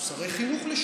שרי חינוך לשעבר.